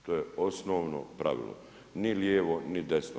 To je osnovno pravilo, ni lijevo ni desno.